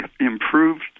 improved